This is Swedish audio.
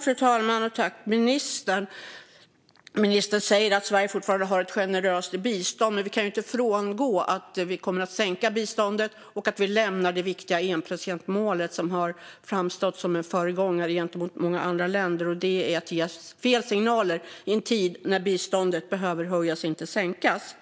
Fru talman! Ministern säger att Sverige fortfarande har ett generöst bistånd, men vi kan ju inte frångå att vi kommer att sänka biståndet och att vi lämnar det viktiga enprocentsmålet som har framstått som en föregångare för många andra länder. Det är att ge fel signaler i en tid när biståndet behöver höjas, inte sänkas.